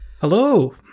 Hello